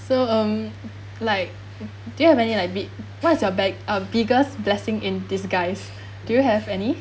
so um like do you have any like big what's your bag uh biggest blessing in disguise do you have any